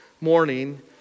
morning